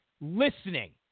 listening